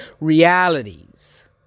realities